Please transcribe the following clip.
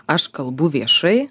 aš kalbu viešai